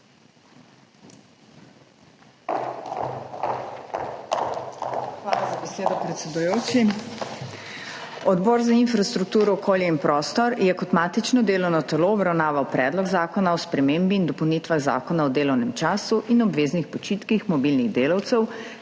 Hvala za besedo, predsedujoči. Odbor za infrastrukturo, okolje in prostor je kot matično delovno telo obravnaval Predlog zakona o spremembah in dopolnitvah Zakona o delovnem času in obveznih počitkih mobilnih delavcev